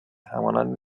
همان